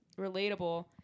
relatable